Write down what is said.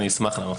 אני אשמח לענות.